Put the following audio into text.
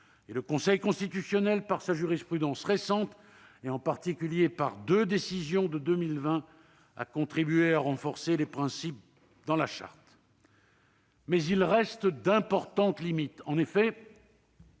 et le Conseil constitutionnel, par sa jurisprudence récente, en particulier par deux décisions de 2020, a contribué à renforcer les principes qu'elle contient. Il subsiste toutefois d'importantes limites. En effet,